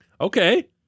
Okay